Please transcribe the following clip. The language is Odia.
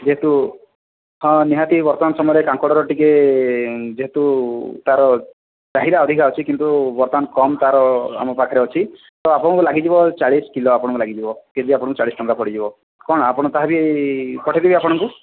ଯେହେତୁ ହଁ ନିହାତି ବର୍ତ୍ତମାନ ସମୟରେ କାଙ୍କଡ଼ର ଟିକିଏ ଏ ଯେହେତୁ ତାର ଚାହିଦା ଅଧିକା ଅଛି କିନ୍ତୁ ବର୍ତ୍ତମାନ କମ ତାର ଆମ ପାଖରେ ଅଛି ତ ଆପଣଙ୍କୁ ଲାଗିଯିବ ଚାଳିଶ କିଲୋ ଆପଣଙ୍କୁ ଲାଗିଯିବ କେଜି ଆପଣଙ୍କୁ ଚାଳିଶ ଟଙ୍କା ପଡ଼ିଯିବ କଣ ଆପଣ ତାହା ବି ପଠେଇ ଦେବି ଆପଣଙ୍କୁ